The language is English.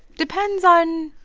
depends on,